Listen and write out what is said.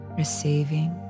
receiving